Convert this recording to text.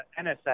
NSX